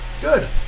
Good